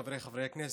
חבריי חברי הכנסת,